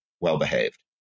well-behaved